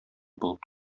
булып